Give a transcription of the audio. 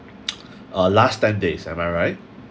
uh last ten days am I right